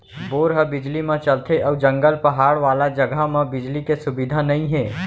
bore ह बिजली म चलथे अउ जंगल, पहाड़ वाला जघा म बिजली के सुबिधा नइ हे